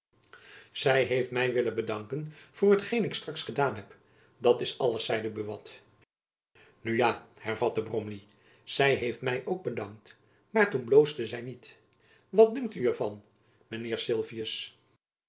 zy heeft my willen bedanken voor hetgeen ik straks gedaan heb dat is alles zeide buat nu ja hervatte bromley zy heeft my ook bedankt maar toen bloosde zy niet wat dunkt er u van